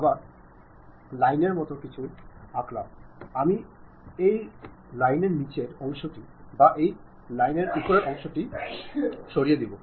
আমি লাইনের মতো কিছু আঁকলাম আমি হয় এই রেখার নীচের অংশটি বা এই রেখার উপরের অংশটি সরাতে চাই